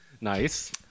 Nice